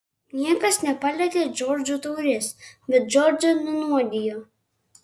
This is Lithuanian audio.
niekas nepalietė džordžo taurės bet džordžą nunuodijo